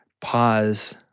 pause